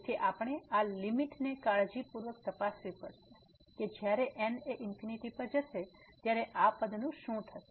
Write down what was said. તેથી આપણે આ લીમીટ ને કાળજી પૂર્વક તપાસવી પડશે કે જ્યારે n એ ∞ પર જશે ત્યારે આ પદ નું શું થશે